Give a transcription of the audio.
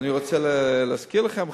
אני רוצה להזכיר לכם,